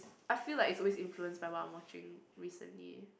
I feel like it's always influenced by what I'm watching recently